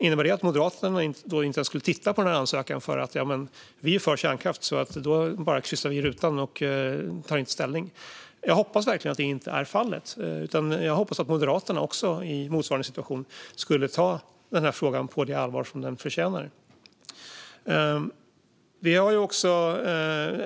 Innebär det att Moderaterna inte ens skulle titta på ansökan eftersom man är för kärnkraft och därför helt enkelt kryssa i rutan utan att ta ställning? Jag hoppas verkligen att så inte är fallet, utan jag hoppas att Moderaterna i motsvarande situation skulle ta frågan på det allvar den förtjänar.